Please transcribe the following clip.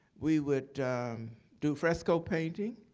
we would do fresco painting.